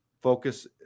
focus